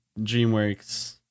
DreamWorks